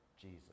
Jesus